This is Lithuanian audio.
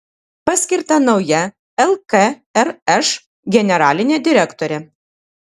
paskirta nauja lkrš generalinė direktorė